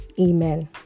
amen